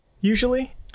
usually